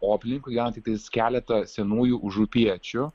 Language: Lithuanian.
o aplinkui gyvena tiktais keleta senųjų užupiečių